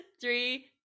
three